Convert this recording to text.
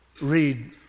read